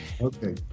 Okay